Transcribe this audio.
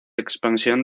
expansión